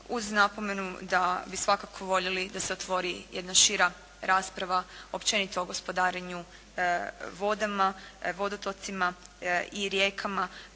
uz napomenu da bi svakako voljeli da se otvori jedna šira rasprava općenito o gospodarenju vodama, vodotocima i rijekama